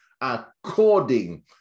according